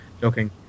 Joking